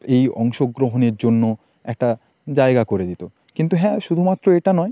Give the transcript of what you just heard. এই অংশগ্রহণের জন্য একটা জায়গা করে দিত কিন্তু হ্যাঁ শুধুমাত্র এটা নয়